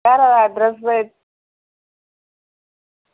घरै दा एड्रेस्स ते